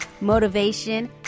motivation